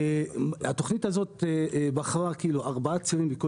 בתכנית הזו בחרנו ארבעה צירים מרכזיים